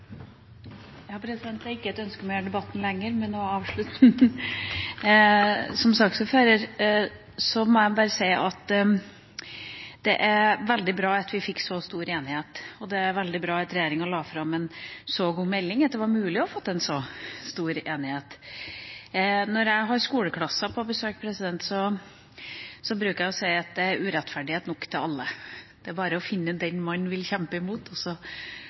saksordfører må jeg si det er veldig bra at vi fikk så stor enighet, og det er veldig bra at regjeringa la fram en så god melding at det var mulig å få en så stor enighet. Når jeg har skoleklasser på besøk, bruker jeg å si at det er urettferdighet nok til alle. Det er bare å finne den man vil kjempe